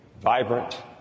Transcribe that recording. vibrant